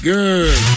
Good